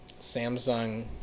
Samsung